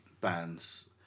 bands